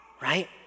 right